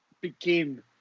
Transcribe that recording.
begin